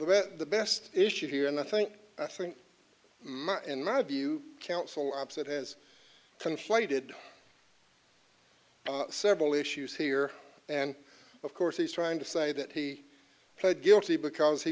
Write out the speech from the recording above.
that the best issue here and i think i think in my view counsel opposite has conflated several issues here and of course he's trying to say that he pled guilty because he